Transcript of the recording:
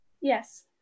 Yes